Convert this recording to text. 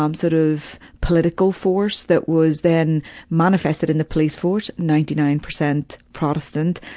um sort of, political force that was then manifested in the police force ninety nine percent protestant.